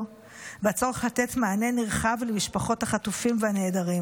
והצורך לתת מענה נרחב למשפחות החטופים והנעדרים.